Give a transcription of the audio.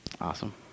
Awesome